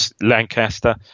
Lancaster